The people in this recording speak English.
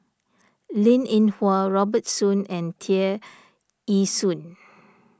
Linn in Hua Robert Soon and Tear Ee Soon